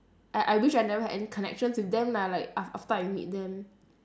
I I wish I never had any connections with them lah like af~ after I meet them